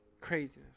craziness